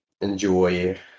enjoy